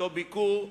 באותו ביקור,